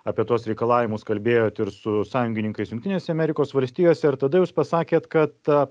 apie tuos reikalavimus kalbėjot ir su sąjungininkais jungtinėse amerikos valstijose ir tada jūs pasakėt kad